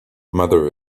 mother